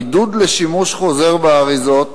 עידוד שימוש חוזר באריזות,